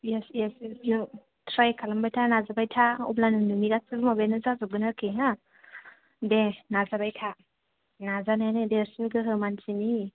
yes yes थ्राइ खालामबाय था नाजाबाय था आब्लानो नोंनि गासैबो माबायानो जाजोबगोन आरखि हा दे नाजाबाय था नाजानायानो देरसिन गोहो मानसिनि